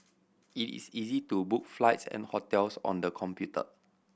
it is easy to book flights and hotels on the computer